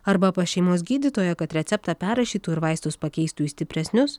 arba pas šeimos gydytoją kad receptą perrašytų ir vaistus pakeistų į stipresnius